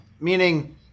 Meaning